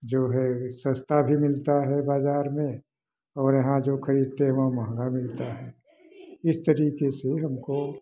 जो है सस्ता भी मिलता है बाजार में और यहाँ जो खरीदते हैं वह महंगा मिलता है इस तरीके से हमको